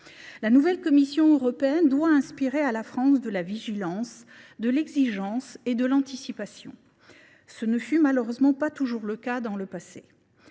La nouvelle Commission européenne doit inspirer à la France de la vigilance, de l’exigence et de l’anticipation. Tel n’a malheureusement pas toujours été le cas dans le passé…